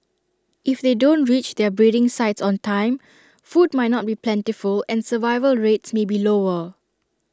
if they don't reach their breeding sites on time food might not be plentiful and survival rates may be lower